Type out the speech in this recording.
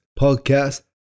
Podcast